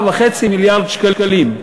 49 מתנגדים,